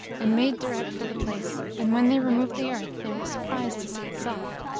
and made direct for the place and when they removed the earth they were surprised to see it soft.